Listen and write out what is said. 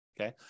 okay